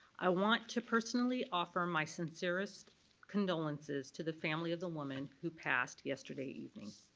i want to personally offer my sincerest condolences to the family of the woman who passed yesterday evening.